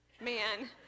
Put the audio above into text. man